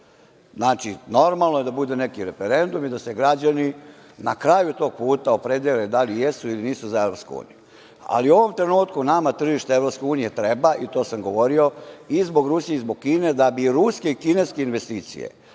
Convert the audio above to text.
živ. Znači, normalno je da bude neki referendum i da se građani na kraju tog puta opredele da li jesu ili nisu za EU. U ovom trenutku nama tržište EU treba i to sam govorio i zbog Rusije i zbog Kine, da bi ruski i kineske investicije